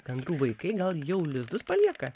gandrų vaikai gal jau lizdus palieka